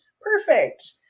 Perfect